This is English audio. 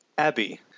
Abby